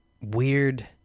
weird